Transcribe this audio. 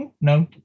no